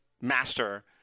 master